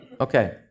Okay